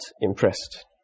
impressed